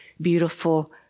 beautiful